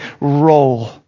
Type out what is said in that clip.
roll